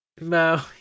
No